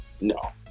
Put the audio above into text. No